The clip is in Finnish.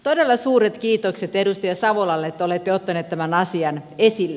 todella suuret kiitokset edustaja savolalle että olette ottanut tämän asian esille